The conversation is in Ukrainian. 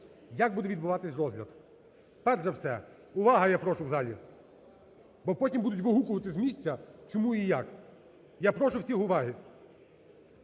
як буде відбуватися розгляд. Перш за все… Увага, я прошу, в залі! Бо потім будуть вигукувати з місця чому і як. Я прошу всіх уваги.